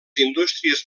indústries